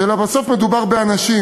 אלא בסוף מדובר באנשים,